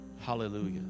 Hallelujah